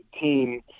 team